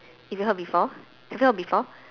you got hear before have you heard before